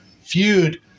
feud